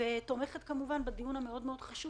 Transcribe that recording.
אני כמובן גם תומכת בדיון המאוד חשוב